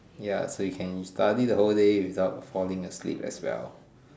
ya so you can study the whole day without falling asleep as well